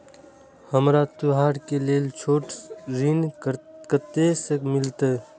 हमरा त्योहार के लेल छोट ऋण कते से मिलते?